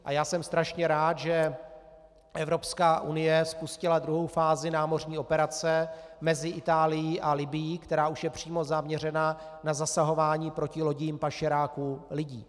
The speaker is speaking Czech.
A já jsem strašně rád, že Evropská unie spustila druhou fázi námořní operace mezi Itálií a Libyí, která už je přímo zaměřena na zasahování proti lodím pašeráků lidí.